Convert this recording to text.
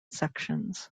sections